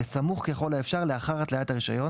בסמוך ככל האפשר לאחר התליית הרישיון